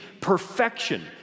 perfection